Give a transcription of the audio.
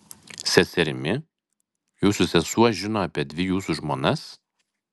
seserimi jūsų sesuo žino apie dvi jūsų žmonas